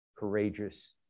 courageous